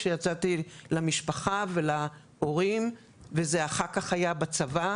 כשיצאתי בפני המשפחה שלי ולהורים שלי וזה אחר כך היה בצבא,